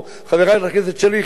חברת הכנסת שלי יחימוביץ,